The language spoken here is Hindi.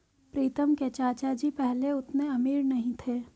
प्रीतम के चाचा जी पहले उतने अमीर नहीं थे